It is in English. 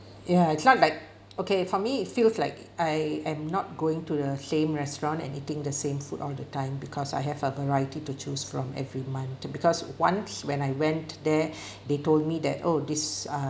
ya it's not like okay for me it feels like I am not going to the same restaurant and eating the same food all the time because I have a variety to choose from every month to because once when I went there they told me that oh this uh